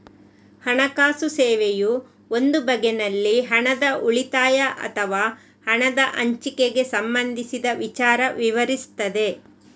ಹಣಕಾಸು ಸೇವೆಯು ಒಂದು ಬಗೆನಲ್ಲಿ ಹಣದ ಉಳಿತಾಯ ಅಥವಾ ಹಣದ ಹಂಚಿಕೆಗೆ ಸಂಬಂಧಿಸಿದ ವಿಚಾರ ವಿವರಿಸ್ತದೆ